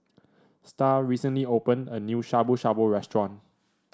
Star recently opened a new Shabu Shabu Restaurant